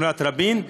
שכונת רבין,